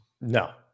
No